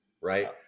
Right